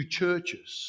churches